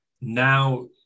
Now